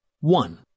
One